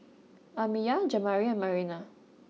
Amiyah Jamari and Marina